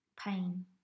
pain